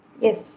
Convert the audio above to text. Yes